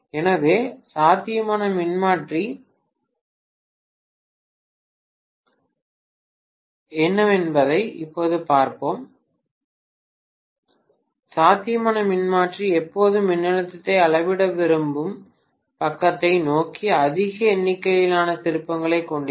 எனவே சாத்தியமான மின்மாற்றி எப்போதும் மின்னழுத்தத்தை அளவிட விரும்பும் பக்கத்தை நோக்கி அதிக எண்ணிக்கையிலான திருப்பங்களைக் கொண்டிருக்கும்